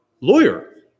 lawyer